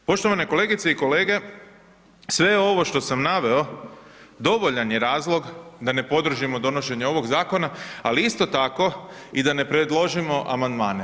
Poštovane kolegice i kolege, sve ovo što sam naveo dovoljan je razlog da ne podržimo donošenje ovog zakona ali isto tako i da ne predložimo amandmane.